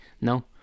No